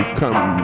come